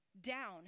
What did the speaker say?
down